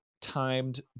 timed